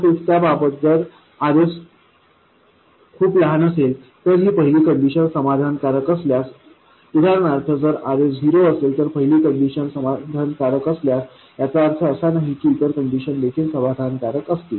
तसेच त्याबाबत जर Rs खूप लहान असेल तर ही पहिली कंडिशन समाधानकारक असल्यास उदाहरणार्थ जर Rs झिरो असेल तर पहिली कंडिशन समाधानकारक असल्यास याचा अर्थ असा नाही की इतर कंडिशन देखील समाधानकारक असतील